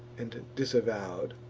and disavow'd